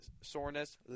soreness